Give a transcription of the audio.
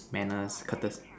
manners